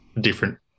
different